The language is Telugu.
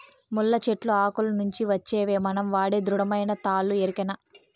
ముళ్ళ చెట్లు ఆకుల నుంచి వచ్చేవే మనం వాడే దృఢమైన తాళ్ళు ఎరికనా